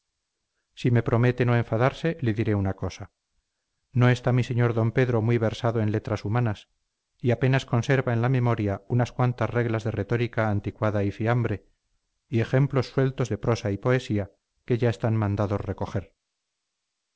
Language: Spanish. si me promete no enfadarse le diré una cosa no está mi señor d pedro muy versado en letras humanas y apenas conserva en la memoria unas cuantas reglas de retórica anticuada y fiambre y ejemplos sueltos de prosa y poesía que ya están mandados recoger